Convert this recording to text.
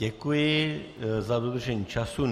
Děkuji za dodržení času.